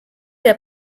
der